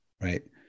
right